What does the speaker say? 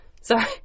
sorry